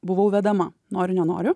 buvau vedama noriu nenoriu